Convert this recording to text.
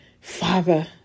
Father